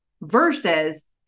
versus